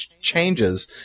changes